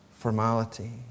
formality